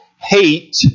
hate